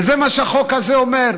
וזה מה שהחוק הזה אומר.